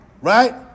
Right